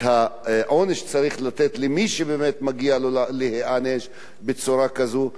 את העונש צריך לתת למי שבאמת מגיע לו להיענש בצורה כזאת,